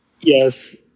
Yes